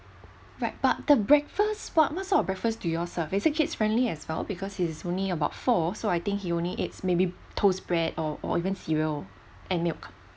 right but the breakfast what what sort of breakfast do you all serve is it kids friendly as well because he is only about four so I think he only eats may be toast bread or or even cereal and milk